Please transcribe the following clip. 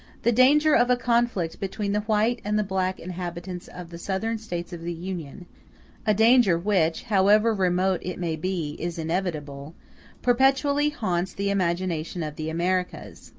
the danger of a conflict between the white and the black inhabitants of the southern states of the union a danger which, however remote it may be, is inevitable perpetually haunts the imagination of the americans.